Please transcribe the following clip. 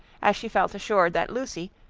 as she felt assured that lucy,